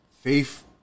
Faith